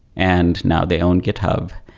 and now they own github,